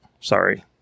Sorry